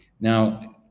Now